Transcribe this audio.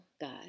God